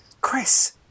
Chris